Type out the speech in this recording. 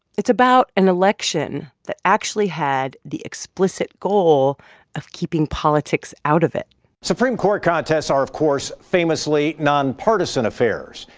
it's about an election that actually had the explicit goal of keeping politics out of it supreme court contests are, of course, famously nonpartisan affairs.